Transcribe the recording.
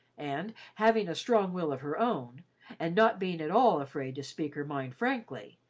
and having a strong will of her own and not being at all afraid to speak her mind frankly,